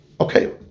Okay